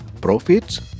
profits